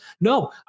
No